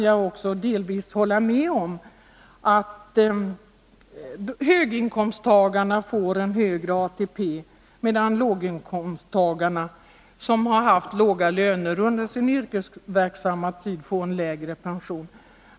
Jag kan hålla med om att höginkomsttagarna får en högre ATP, medan låginkomsttagarna, som har haft låga löner under sin yrkesverksamma tid, får en lägre pension.